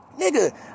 nigga